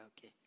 okay